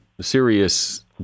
serious